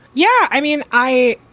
yeah i mean, i,